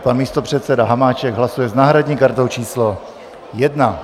Pan místopředseda Hamáček hlasuje s náhradní kartou číslo 1.